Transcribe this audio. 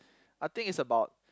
I think it's about